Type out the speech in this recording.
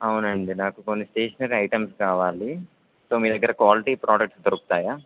అవునండి నాకు కొన్ని స్టేషనరీ ఐటమ్స్ కావాలి సో మీ దగ్గర క్వాలిటీ ప్రోడక్ట్స్ దొరుకుతాయా